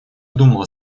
думала